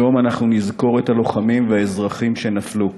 היום אנחנו נזכור את הלוחמים והאזרחים שנפלו.